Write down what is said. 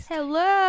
Hello